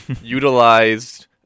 utilized